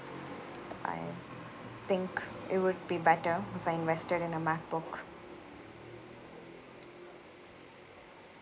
I think it would be better if I invested in a macbook